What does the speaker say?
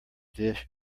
dish